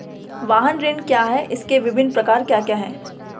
वाहन ऋण क्या है इसके विभिन्न प्रकार क्या क्या हैं?